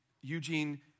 Eugene